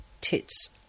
Tits